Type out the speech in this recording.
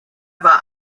war